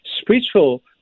spiritual